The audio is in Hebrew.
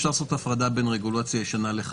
אפשר לעשות הפרדה בין רגולציה חדשה וישנה,